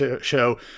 show